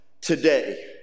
today